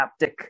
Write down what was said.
haptic